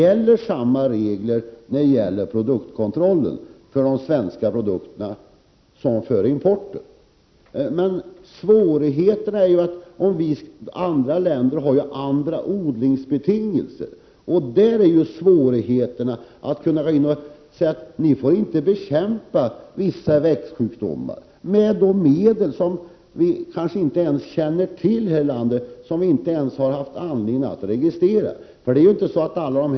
Beträffande produktkontrollen gäller samma regler för både svenska produkter och importen. Vad som gör det hela svårt är att det inte är samma odlingsbetingelser i andra länder som här. Det går ju inte att bara säga att man inte får bekämpa vissa växtsjukdomar med det eller det medlet. Det kan röra sig om medel som vi i vårt land inte ens känner till och som vi alltså inte har haft någon anledning att registrera.